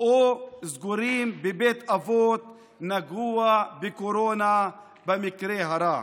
או סגורים בבית אבות נגוע בקורונה במקרה הרע.